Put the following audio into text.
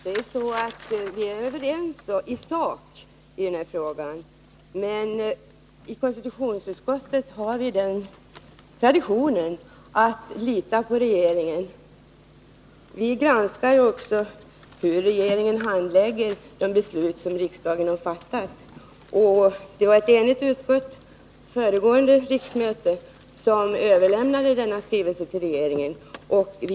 Herr talman! Vi är överens i sak i den här frågan. I konstitutionsutskottet har vi den traditionen att vi litar på regeringen. Vi granskar ju också hur regeringen handlägger de beslut som riksdagen har fattat. Ett enigt utskott överlämnade denna skrivelse till regeringen under föregående riksmöte.